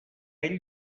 ell